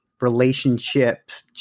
relationships